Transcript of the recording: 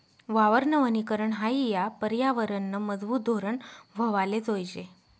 वावरनं वनीकरन हायी या परयावरनंनं मजबूत धोरन व्हवाले जोयजे